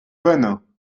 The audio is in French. bonne